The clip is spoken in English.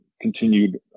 continued